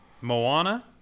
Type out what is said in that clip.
Moana